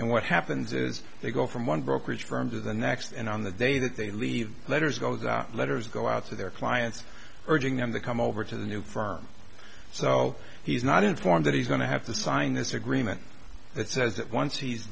and what happens is they go from one brokerage firm to the next and on the day that they leave letters goes out letters go out to their clients urging them to come over to the new firm so he's not informed that he's going to have to sign this agreement that